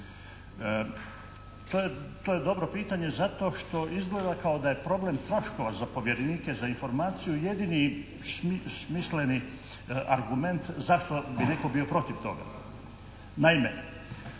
To je dobro pitanje zato što izgleda kao da je problem troškova za povjerenike za informaciju. Jedini smisleni argument zašto bi netko bio protiv toga. Naime,